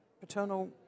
paternal